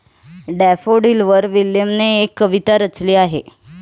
डॅफोडिलवर विल्यमने एक कविता रचली आहे